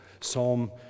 Psalm